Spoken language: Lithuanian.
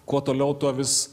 kuo toliau tuo vis